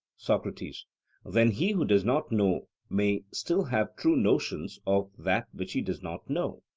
socrates then he who does not know may still have true notions of that which he does not know?